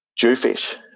Jewfish